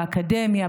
באקדמיה,